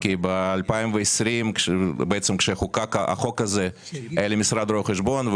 כי ב-2020 כשחוקק החוק הזה היה לי משרד רואי חשבון,